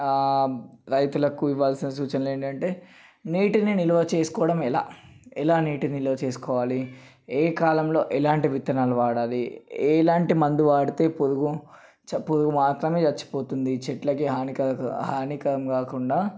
రైతులకు ఇవ్వాల్సిన సూచనలు ఏంటంటే నీటిని నిలువ చేసుకోవడం ఎలా ఎలా నీటిని నిలువ చేసుకోవాలి ఏ కాలంలో ఎలాంటి విత్తనాలు వాడాలి ఎలాంటి మందు వాడితే పురుగు చ పురుగు మాత్రమే చచ్చిపోతుంది చెట్లకి హానికరం హానికరం కాకుండా